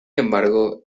embargo